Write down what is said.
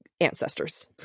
ancestors